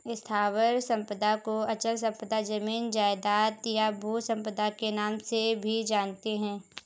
स्थावर संपदा को अचल संपदा, जमीन जायजाद, या भू संपदा के नाम से भी जानते हैं